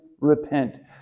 repent